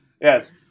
Yes